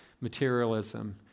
materialism